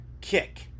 kick